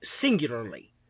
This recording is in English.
singularly